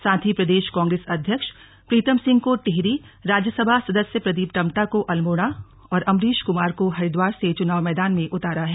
साथ ही प्रदेश कांग्रेस अध्यक्ष प्रीतम सिंह को टिहरी राज्यसभा सदस्य प्रदीप टम्टा को अल्मोड़ा और अंबरीश कुमार को हरिद्वार से चुनाव मैदान में उतारा है